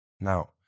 Now